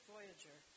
Voyager